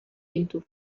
into